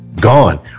Gone